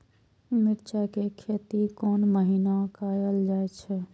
मिरचाय के खेती कोन महीना कायल जाय छै?